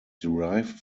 derived